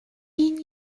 این